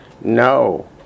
No